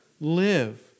live